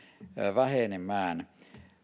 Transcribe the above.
vähenemään